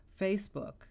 facebook